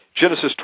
Genesis